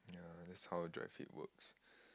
yeah that's how dry fit works